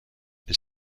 elle